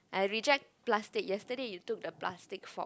I reject plastic yesterday you took the plastic fork